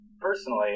personally